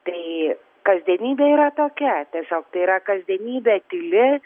tai kasdienybė yra tokia tiesiog tai yra kasdienybė tyli